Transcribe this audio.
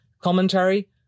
commentary